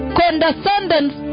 condescendence